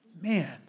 Man